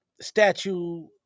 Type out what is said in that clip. statue